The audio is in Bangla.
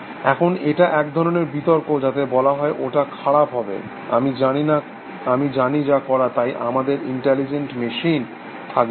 এখন এটা এক ধরণের বিতর্ক যাতে বলা হয় ওটা খারাপ হবে আমি জানি না কারা তাই আমাদের ইন্টেলিজেন্ট মেশিনথাকবে না